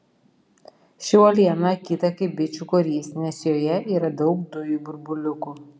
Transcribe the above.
ši uoliena akyta kaip bičių korys nes joje yra daug dujų burbuliukų